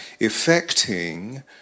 affecting